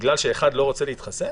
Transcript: בגלל שאחד לא רוצה להתחסן?